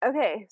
Okay